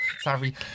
Sorry